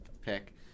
pick